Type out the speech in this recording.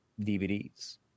dvds